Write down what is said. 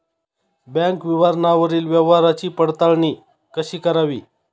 Bank विवरणावरील व्यवहाराची पडताळणी कशी करावी?